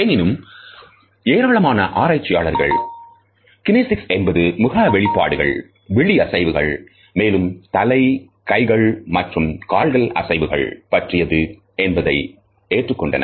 எனினும் ஏராளமான ஆராய்ச்சியாளர்கள் கினேசிக்ஸ் என்பது முக வெளிப்பாடுகள் விழி அசைவுகள் மேலும் தலை கைகள் மற்றும் கால்கள் அசைவுகள் பற்றியது என்பதை ஏற்றுக்கொண்டனர்